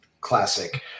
classic